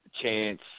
Chance